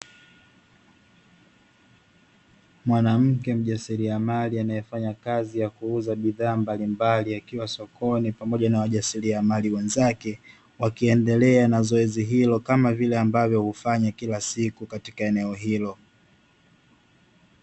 Mwanamke mjasiriamali anaefanya kazi ya kuuza bidhaa mbalimbali akiwa sokoni pamoja na wajasiriamali wenzake wakiendelea na zoezi hilo kama vile ambavyo hufanya kila siku katika eneo hilo.